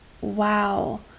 wow